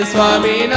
Swami